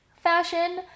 fashion